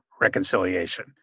reconciliation